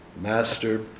master